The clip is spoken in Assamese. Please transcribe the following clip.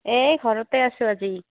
এই ঘৰতে আছোঁ আজি